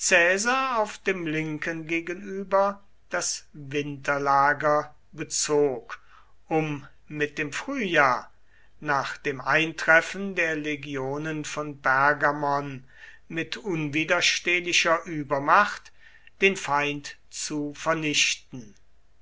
auf dem linken gegenüber das winterlager bezog um mit dem frühjahr nach dem eintreffen der legionen von pergamon mit unwiderstehlicher übermacht den feind zu vernichten